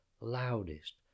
loudest